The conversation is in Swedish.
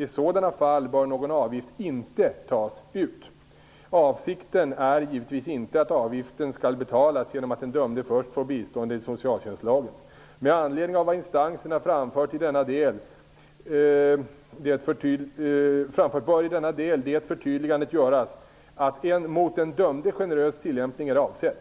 I sådana fall bör någon avgift inte tas ut. Avsikten är givetvis inte att avgiften skall betalas genom att den dömde först får bistånd enligt socialtjänstlagen. Med anledning av vad instanserna framfört bör i denna del det förtydligandet göras att en mot den dömde generös tillämpning är avsedd.